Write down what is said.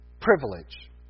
privilege